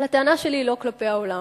אבל הטענה שלי היא לא כלפי העולם.